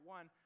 One